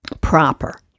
proper